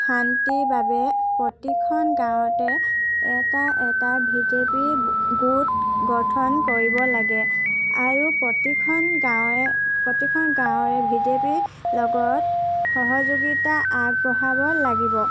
শান্তিৰ বাবে প্ৰতিখন গাঁৱতে এটা এটা ভি ডি পি গোট গঠন কৰিব লাগে আৰু প্ৰতিখন গাঁৱৰে প্ৰতিখন গাঁৱৰে ভি ডি পি লগত সহযোগিতা আগবঢ়াব লাগিব